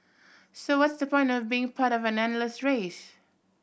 so what's the point of being part of an endless race